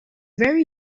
very